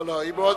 לא בדיוק,